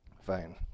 Fine